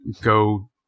go